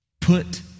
put